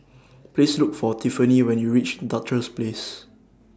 Please Look For Tiffani when YOU REACH Duchess Place